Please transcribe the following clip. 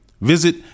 Visit